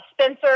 Spencer